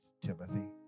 Timothy